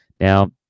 Now